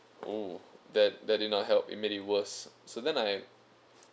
oh that that did not help it made it worse so then I